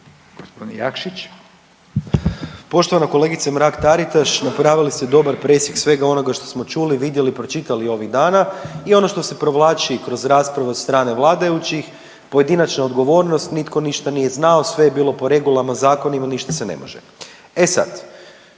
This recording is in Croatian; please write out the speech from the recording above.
Mišel (SDP)** Poštovana kolegice Mrak Taritaš napravili ste dobar presjek svega onoga što smo čuli, vidjeli, pročitali ovih dana i ono što se provlači i kroz raspravu od strane vladajućih, pojedinačna odgovornost, nitko ništa nije znao, sve je bilo po regularno zakonima, ništa se ne može. E sad,